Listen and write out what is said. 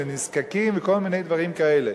לנזקקים ולכל מיני דברים כאלה.